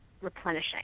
replenishing